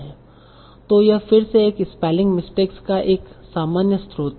तो यह फिर से एक स्पेलिंग मिस्टेक्स का एक सामान्य स्रोत है